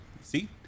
see